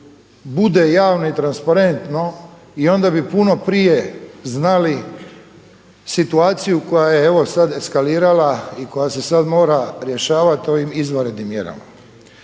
bude javno i transparentno i onda bi puno prije znali situaciju koja je evo sada eskalirala i koja se sada mora rješavati ovim izvanrednim mjerama.